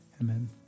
Amen